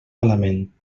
malament